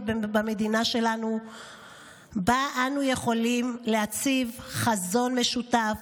במדינה שלנו שבה אנו יכולים להציב חזון משותף,